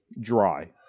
dry